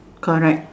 correct